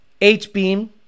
H-beam